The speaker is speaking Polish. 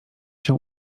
się